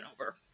over